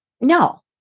No